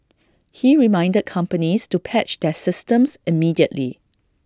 he reminded companies to patch their systems immediately